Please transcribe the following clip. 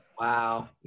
wow